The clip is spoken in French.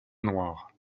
noirs